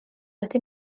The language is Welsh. wedi